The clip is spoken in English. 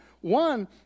one